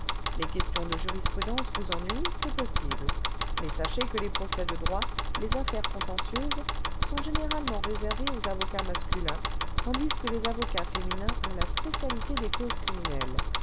les questions de jurisprudence vous ennuient c'est possible mais sachez que les procès de droit les affaires contentieuses sont généralement réservés aux avocats masculins tandis que les avocats féminins ont la spécialité des causes criminelles